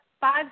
five